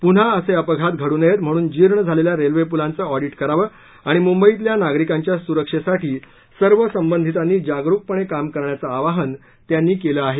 पुन्हा असे अपघात घडू नयेत म्हणून जीर्ण झालेल्या रेल्वे पुलांचं ऑडिट करावे आणि मुंबईतल्या नागरिकांच्या सुरक्षेसाठी सर्व संबंधितांनी जागरुकपणे काम करण्याचे आवाहन त्यांनी केलं आहे